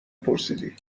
پرسیدی